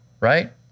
right